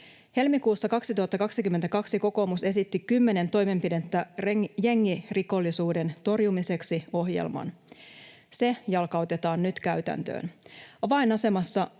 Helmikuussa 2022 kokoomus esitti 10 toimenpidettä jengirikollisuuden torjumiseksi ‑ohjelman. Se jalkautetaan nyt käytäntöön.